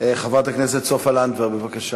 חברת הכנסת סופה לנדבר, בבקשה,